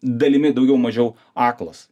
dalimi daugiau mažiau aklas